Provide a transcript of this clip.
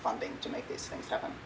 funding to make these things happen